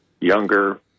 younger